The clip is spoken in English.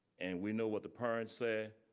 and we know what the parents said.